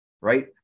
right